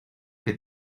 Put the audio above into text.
que